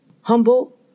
humble